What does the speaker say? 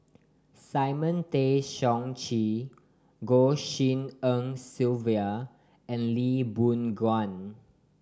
Simon Tay Seong Chee Goh Shin En Sylvia and Lee Boon Ngan